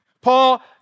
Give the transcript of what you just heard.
Paul